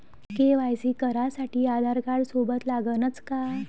KYC करासाठी आधारकार्ड सोबत लागनच का?